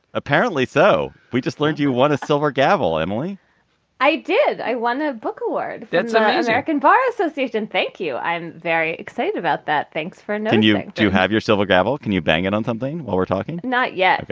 apparently so. we just learned you won a silver gavel, emily i did. i won a book award. that's um archon bar association. thank you. i'm very excited about that. thanks for and and you do have your silver gavel. can you bang it on something while we're talking? not yet.